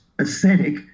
aesthetic